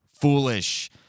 foolish